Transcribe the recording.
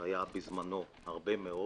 זה היה בזמנו הרבה מאוד.